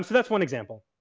that's one example.